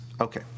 Okay